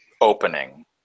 opening